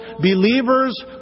believers